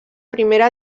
primera